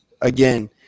again